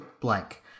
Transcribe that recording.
blank